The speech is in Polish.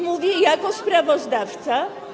Mówię jako sprawozdawca.